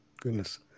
Goodness